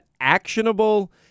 actionable